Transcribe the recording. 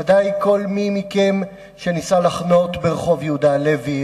בוודאי כל מי מכם שניסה לחנות ברחוב יהודה הלוי,